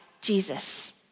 Jesus